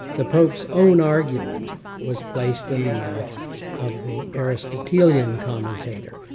the pope's own argument was placed in the mouth of the aristotelian commentator,